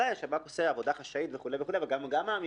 נראה שאולי צריך להרחיב את התקנים, ואת כוח האדם.